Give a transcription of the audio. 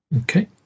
Okay